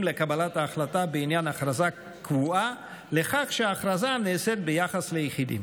לקבלת החלטה בעניין הכרזה קבועה לכך שההכרזה נעשית ביחס ליחידים.